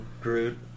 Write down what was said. Groot